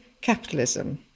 capitalism